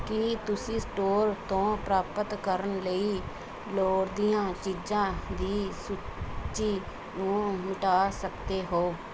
ਕੀ ਤੁਸੀਂ ਸਟੋਰ ਤੋਂ ਪ੍ਰਾਪਤ ਕਰਨ ਲਈ ਲੋੜੀਂਦੀਆਂ ਚੀਜ਼ਾਂ ਦੀ ਸੂਚੀ ਨੂੰ ਮਿਟਾ ਸਕਦੇ ਹੋ